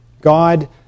God